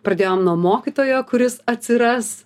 pradėjom nuo mokytojo kuris atsiras